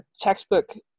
textbook